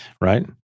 Right